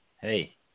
Hey